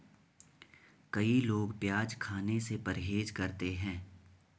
कई लोग प्याज खाने से परहेज करते है